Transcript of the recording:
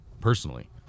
personally